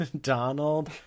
Donald